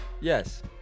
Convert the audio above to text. Yes